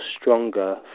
stronger